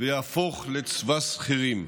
ויהפוך לצבא שכירים,